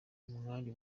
umwari